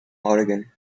oregon